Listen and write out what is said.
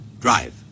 Drive